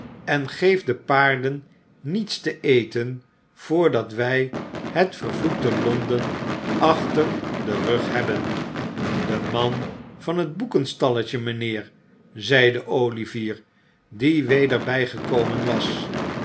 en geef de paarden niets te eten voordat wij het vervloekte londen achter den rug hebben de man van het boekenstalletje mijnheer zeide olivier die weder bijgekomen was